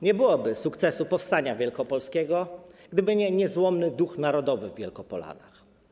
Nie byłoby sukcesu powstania wielkopolskiego, gdyby nie niezłomny duch narodowy Wielkopolan.